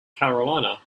carolina